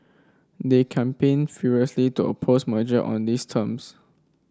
they campaigned furiously to oppose merger on these terms